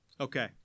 Okay